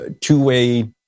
two-way